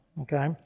Okay